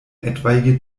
etwaige